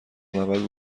معبد